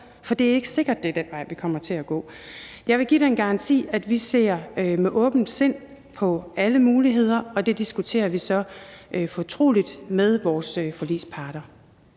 for det er ikke sikkert, det er den vej, vi kommer til at gå. Jeg vil give den garanti, at vi ser med åbent sind på alle muligheder, og det diskuterer vi så fortroligt med vores forligsparter.